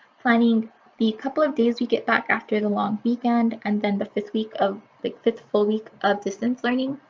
planning the couple of days we get back after the long weekend and then the fifth week of like fifth full week of distance learning.